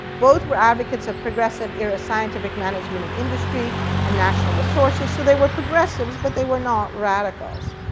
both were advocates of progressive-era scientific management of industry and national resources. so they were progressives, but they were not radicals.